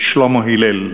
שלמה הלל.